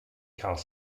cael